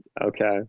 Okay